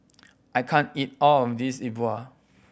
I can't eat all of this E Bua